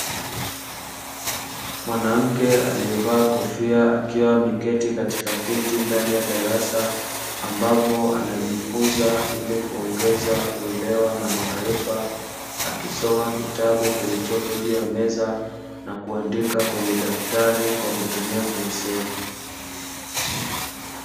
Mwanamke aliyevaa kofia akiwa ameketi katika keti ndani ya darasa ambapo anajifunza ili kuongeza uelewa na maarifa akisoma kitabu kilichopo juu ya meza na kuandika kwenye daftari kwa kutumia penseli.